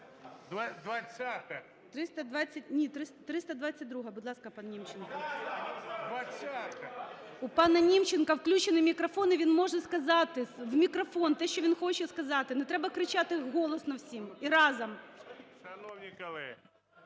У пана Німченка включений мікрофон і він може сказати в мікрофон те, що він хоче сказати. Не треба кричати голосно всім і разом.